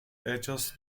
hechos